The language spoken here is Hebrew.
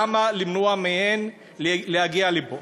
למה למנוע מהן להגיע לפה?